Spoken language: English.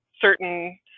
certain